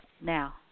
now